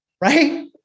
right